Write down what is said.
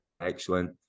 excellent